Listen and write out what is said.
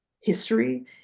history